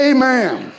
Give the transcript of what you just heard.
Amen